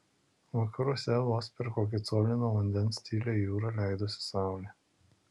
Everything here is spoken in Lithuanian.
vakaruose vos per kokį colį nuo vandens tyliai į jūrą leidosi saulė